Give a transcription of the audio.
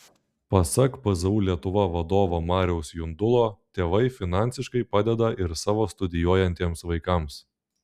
pasak pzu lietuva vadovo mariaus jundulo tėvai finansiškai padeda ir savo studijuojantiems vaikams